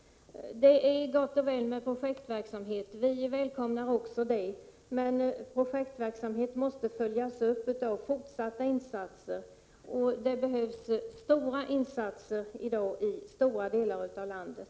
Det är gott och väl med projektverksamhet. Vi välkomnar också en sådan, men projektverksamhet måste följas upp av fortsatta insatser. Och det behövs stora insatser i dag i stora delar av landet.